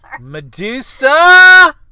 Medusa